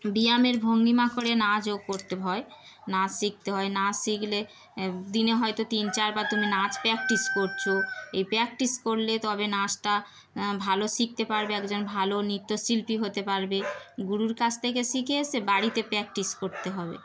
ব্যায়ামের ভঙ্গিমা করে নাচ ও করতে হয় নাচ শিখতে হয় নাচ শিখলে দিনে হয়তো তিন চারবার তুমি নাচ প্র্যাকটিস করেছ এই প্র্যাকটিস করলে তবে নাচটা ভালো শিখতে পারবে একজন ভালো নৃত্যশিল্পী হতে পারবে গুরুর কাছ থেকে শিখে এসে বাড়িতে প্র্যাকটিস করতে হবে